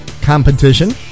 competition